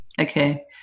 Okay